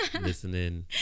listening